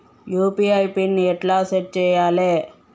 UPI pin ఎట్లా set చేయాలే?